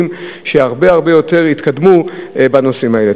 שהתקדמו הרבה הרבה יותר בנושאים האלה.